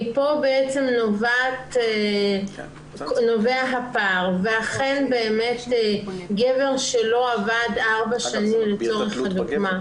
מפה בעצם נובע הפער ואכן באמת גבר שלא עבד ארבע שנים לצורך הדוגמה,